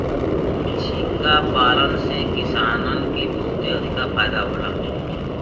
झींगा पालन से किसानन के बहुते अधिका फायदा होला